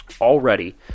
Already